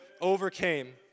overcame